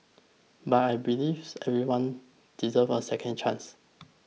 but I believes everyone deserves a second chance